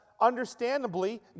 understandably